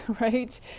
right